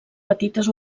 petites